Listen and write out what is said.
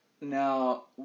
Now